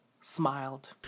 smiled